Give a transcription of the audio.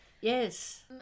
Yes